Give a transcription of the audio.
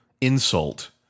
insult